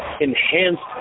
enhanced